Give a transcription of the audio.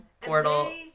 Portal